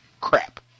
crap